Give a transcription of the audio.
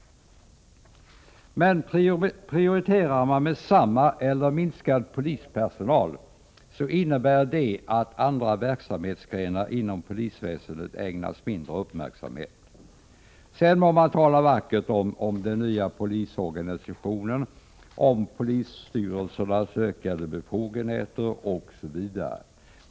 Men prioriteringar med samma eller minskad polispersonal innebär att andra verksamhetsgrenar inom polisväsendet ägnas mindre uppmärksamhet. Sedan må man tala vackert om den nya polisorganisationen, polisstyrelsernas ökade befogenheter osv.